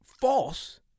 false